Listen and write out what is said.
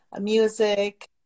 music